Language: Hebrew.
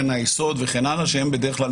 כלומר,